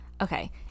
okay